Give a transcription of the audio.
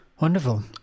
Wonderful